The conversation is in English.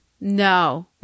no